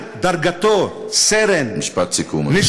ודרגתו, סרן, משפט סיכום, אדוני.